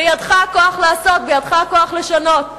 בידך הכוח לעשות, בידך הכוח לשנות.